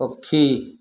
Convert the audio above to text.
ପକ୍ଷୀ